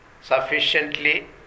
sufficiently